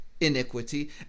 iniquity